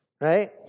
right